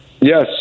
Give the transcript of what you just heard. Yes